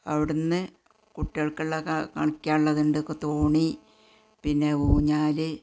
അവിടെ നിന്ന് കുട്ടികള്ക്കുള്ള കളിക്കാനുള്ളതു കൊണ്ട് തോണി പിന്നെ ഊഞ്ഞാൽ